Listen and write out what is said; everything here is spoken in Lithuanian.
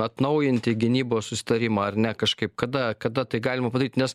atnaujinti gynybos susitarimą ar ne kažkaip kada kada tai galima padaryt nes